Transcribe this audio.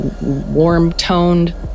warm-toned